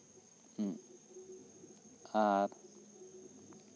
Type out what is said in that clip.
ᱦᱮᱸ ᱟᱨ